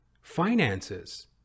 finances